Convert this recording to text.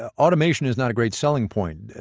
ah automation is not a great selling point.